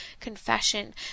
confession